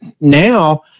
now